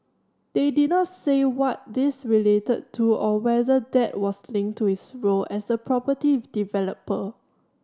they did not say what these related to or whether that was linked to his role as a property developer